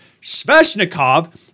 Sveshnikov